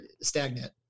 stagnant